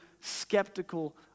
skeptical